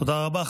תודה רבה.